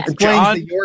John